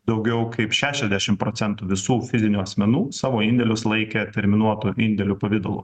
daugiau kaip šešiasdešim procentų visų fizinių asmenų savo indėlius laikė terminuotų indėlių pavidalu